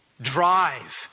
drive